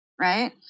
right